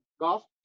golf